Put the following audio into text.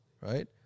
Right